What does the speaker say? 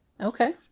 Okay